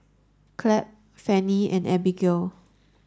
Clabe Fannie and Abigale